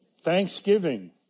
thanksgiving